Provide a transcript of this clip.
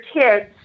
kids